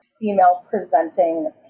female-presenting